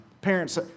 Parents